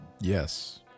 Yes